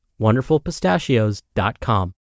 wonderfulpistachios.com